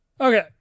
okay